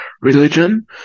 religion